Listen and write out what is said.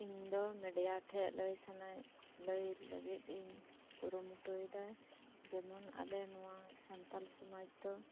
ᱤᱧ ᱫᱚ ᱢᱤᱰᱤᱭᱟ ᱴᱷᱮᱱ ᱞᱟᱹᱭ ᱥᱟᱱᱟ ᱞᱟᱹᱭ ᱞᱟᱹᱜᱤᱫ ᱤᱧ ᱠᱩᱨᱩᱢᱩᱴᱩᱭᱮᱫᱟ ᱡᱮᱢᱚᱱ ᱟᱞᱮ ᱱᱚᱶᱟ ᱥᱟᱱᱛᱟᱞ ᱥᱚᱢᱟᱡᱽ ᱫᱚ